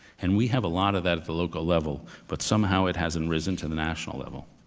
and we have a lot of that at the local level, but somehow it hasn't risen to the national level.